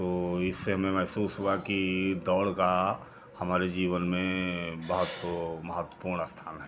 तो इससे हमें महसूस हुआ कि दौड़ का हमारे जीवन में बहुत महत्वपूर्ण स्थान है